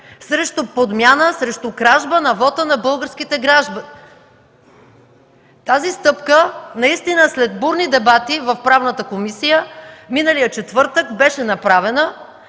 срещу подмяна, срещу кражба на вота на българските граждани. Тази стъпка, наистина след бурни дебати в Правната комисия беше направена